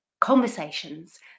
conversations